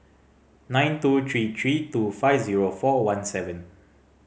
nine two three three two five zero four one seven